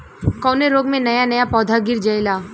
कवने रोग में नया नया पौधा गिर जयेला?